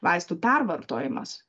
vaistų pervartojimas